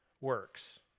works